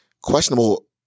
questionable